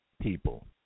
people